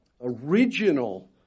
original